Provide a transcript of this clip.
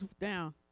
down